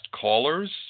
callers